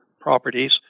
properties